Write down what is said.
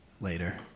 Later